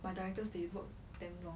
my directors they work damn long